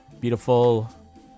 Beautiful